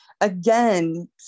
again